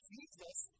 Jesus